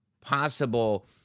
possible